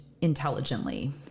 intelligently